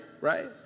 right